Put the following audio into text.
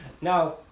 Now